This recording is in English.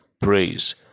praise